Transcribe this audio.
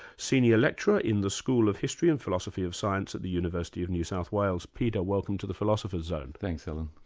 senior lecturer in the school of history and philosophy of science at the university university of new south wales. peter, welcome to the philosopher's zone. thanks, alan.